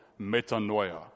metanoia